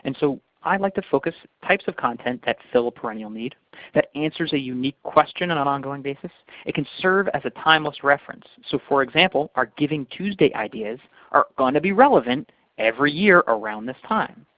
and so i like to focus types of content that fill a perennial need that answers a unique question and on an ongoing basis. it can serve as a timeless reference. so for example, our giving tuesday ideas are going to be relevant every year around this time.